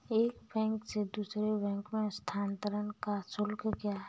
एक बैंक से दूसरे बैंक में स्थानांतरण का शुल्क क्या है?